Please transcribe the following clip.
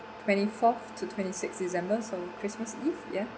twenty fourth to twenty sixth december so christmas eve ya